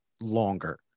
longer